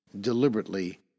deliberately